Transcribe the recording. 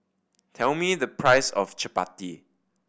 tell me the price of chappati